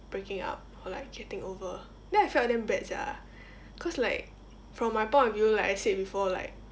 breaking up or like getting over then I felt damn bad sia cause like from my point of view like I said before like